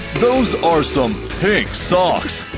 those are some pink socks!